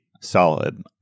solid